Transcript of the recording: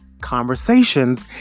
conversations